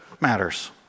matters